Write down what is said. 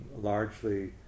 largely